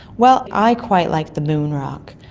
well, i quite like the moon rock.